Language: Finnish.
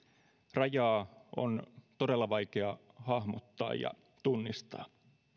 rajaa on todella vaikea hahmottaa ja tunnistaa